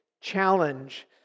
challenge